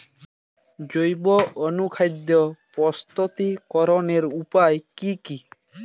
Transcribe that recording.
জৈব অনুখাদ্য প্রস্তুতিকরনের উপায় কী কী?